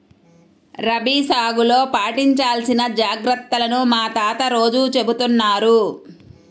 రబీ సాగులో పాటించాల్సిన జాగర్తలను మా తాత రోజూ చెబుతున్నారు